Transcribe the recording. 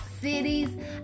cities